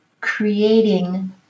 creating